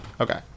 Okay